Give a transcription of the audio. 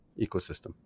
ecosystem